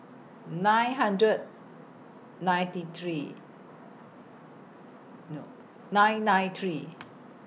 nine hundred ninety three nine nine three